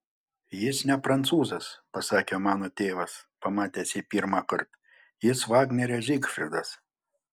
jis ne prancūzas pasakė mano tėvas pamatęs jį pirmąkart jis vagnerio zygfridas